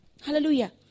Hallelujah